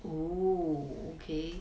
oh okay